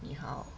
你好